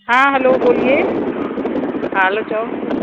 हा हलो बोलिए हा हलो चयो